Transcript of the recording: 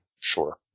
Sure